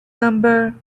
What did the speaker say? number